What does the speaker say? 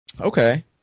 Okay